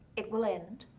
it will end.